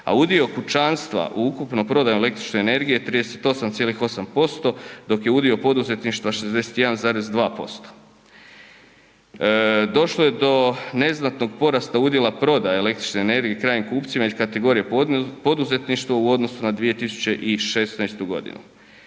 a udio kućanstva u ukupnoj prodaji električne energije 38,8% dok je udio poduzetništva 61,2%. Došlo je do neznatnog porasta udjela prodaje električne energije krajnjim kupcima iz kategorije poduzetništvo u odnosu na 2016. godinu.